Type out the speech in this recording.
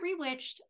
rewitched